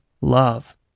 love